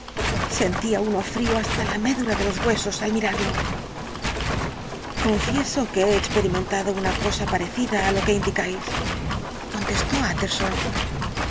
sentía uno frío hasta la médula de los huesos al mirarlo confieso que he experimentado una cosa parecida á lo que indicáis contestó